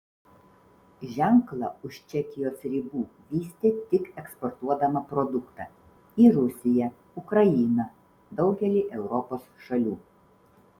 ženklą už čekijos ribų vystė tik eksportuodama produktą į rusiją ukrainą daugelį europos šalių